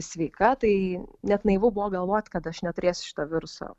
sveika tai net naivu buvo galvot kad aš neturėsiu šito viruso